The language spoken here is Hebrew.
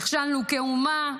נכשלנו כאומה,